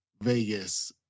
Vegas